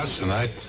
tonight